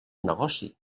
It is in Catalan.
negoci